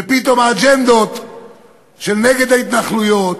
פתאום האג'נדות שהן נגד ההתנחלויות